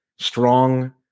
strong